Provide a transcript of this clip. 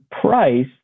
price